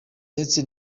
ndetse